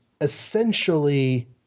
essentially